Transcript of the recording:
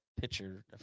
Pitcher